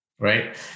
Right